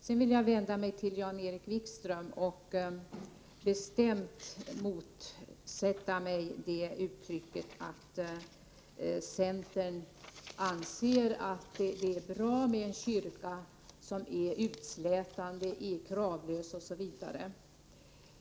Sedan vill jag vända mig till Jan-Erik Wikström och bestämt motsätta mig uttrycket att centern anser att det är bra med en kyrka som är utslätande, kravlös osv.